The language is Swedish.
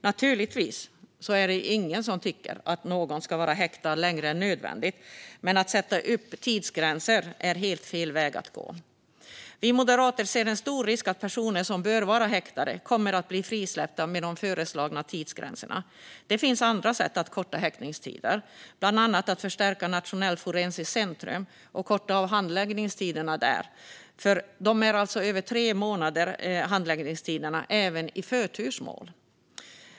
Naturligtvis tycker ingen att någon ska vara häktad längre än nödvändigt, men att sätta upp tidsgränser är helt fel väg att gå. Vi moderater ser en stor risk att personer som bör vara häktade kommer att bli frisläppta med de föreslagna tidsgränserna. Det finns andra sätt att korta häktningstiderna, bland annat att förstärka Nationellt forensiskt centrum och korta handläggningstiderna. Dessa är över tre månader även i förtursmål.